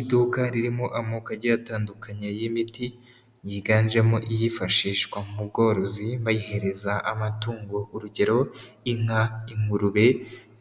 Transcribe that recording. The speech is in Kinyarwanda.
Iduka ririmo amoko agiye atandukanye y'imiti, yiganjemo iyifashishwa mu bworozi bayihereza amatungo, urugero: inka, ingurube